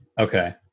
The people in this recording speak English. Okay